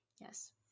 Yes